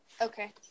okay